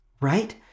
right